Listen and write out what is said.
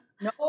No